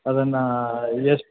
ಅದನ್ನು ಎಷ್ಟು